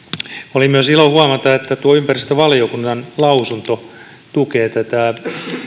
oli myös ilo huomata että tuo ympäristövaliokunnan lausunto tukee tätä